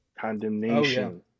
condemnation